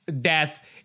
death